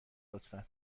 لطفا